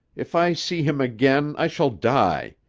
if i see him again i shall die.